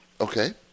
Okay